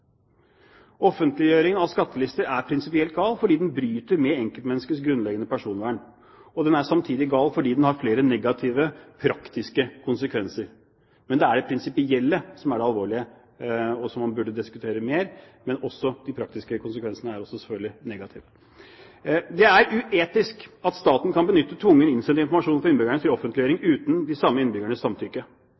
av skattelister er prinsipielt gal, for den bryter med enkeltmenneskers grunnleggende personvern. Og den er samtidig gal fordi den har flere negative praktiske konsekvenser. Det er det prinsipielle som er det alvorlige, og som man burde diskutere mer. Men de praktiske konsekvensene er selvfølgelig også negative. Det er uetisk at staten kan benytte tvungen innsendt informasjon fra innbyggerne til offentliggjøring uten de samme innbyggernes samtykke.